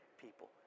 people